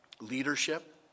leadership